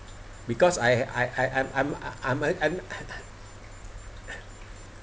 because I I I I'm a I'm a